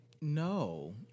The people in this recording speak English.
no